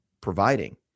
providing